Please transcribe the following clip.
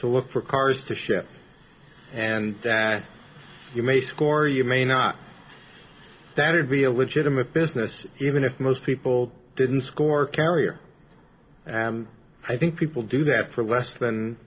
to look for cars to ship and that you may score you may not that it be a legitimate business even if most people didn't score carrier and i think people do that for less than